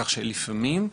כך שלפעמים,